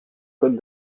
code